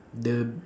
the